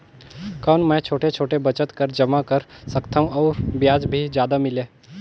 कौन मै छोटे छोटे बचत कर जमा कर सकथव अउ ब्याज भी जादा मिले?